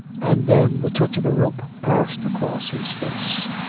and then the touch of a rope passed across his face.